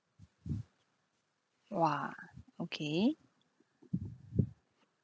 !wah! okay